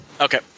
Okay